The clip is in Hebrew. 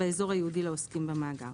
באזור הייעודי לעוסקים במאגר.